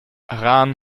rahn